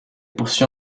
poursuit